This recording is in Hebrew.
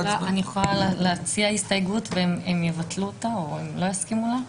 אני יכולה להציע הסתייגות והם יבטלו אותה או לא יסכימו לה?